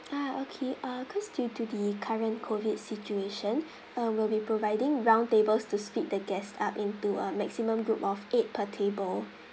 ah okay uh cause due to the current COVID situation uh we'll be providing round tables to split the guest up into a maximum group of eight per table